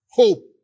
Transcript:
hope